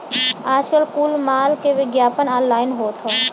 आजकल कुल माल के विग्यापन ऑनलाइन होत हौ